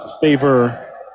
favor